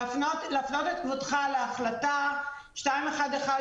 להפנות את כבודו להחלטה 2118